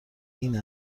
این